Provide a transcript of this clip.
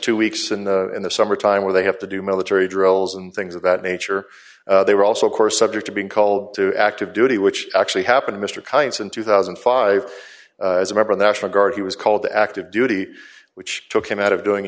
two weeks in the in the summer time where they have to do military drills and things of that nature they were also of course subject to being called to active duty which actually happened mr coates in two thousand and five as a member of the national guard he was called to active duty which took him out of doing